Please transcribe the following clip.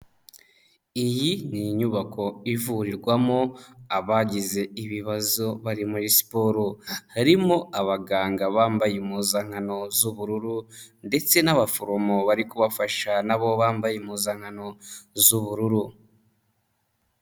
Iyi ni inyubako ivurirwamo abagize ibibazo bari muri siporo, harimo abaganga bambaye impuzankano z'ubururu ndetse n'abaforomo bari kubafasha na bo bambaye impuzankano z'ubururu.